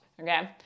Okay